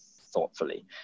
thoughtfully